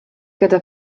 gyda